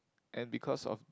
and because of